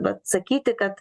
vat sakyti kad